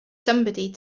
somebody